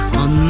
on